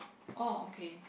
oh okay